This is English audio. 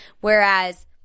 whereas